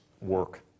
work